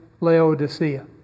Laodicea